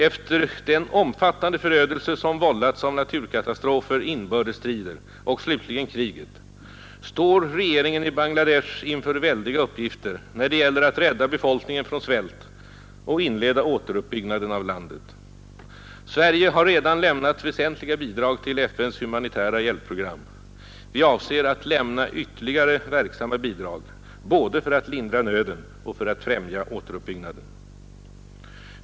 Efter den omfattande förödelse som vållats av naturkatastrofer, inbördesstrider och slutligen kriget står regeringen i Bangladesh inför väldiga uppgifter, när det gäller att rädda befolkningen från svält och inleda återuppbyggnaden av landet. Sverige har redan lämnat väsentliga bidrag till FN:s humanitära hjälpprogram. Vi avser att lämna ytterligare verksamma bidrag både för att lindra nöden och för att främja återuppbyggnaden.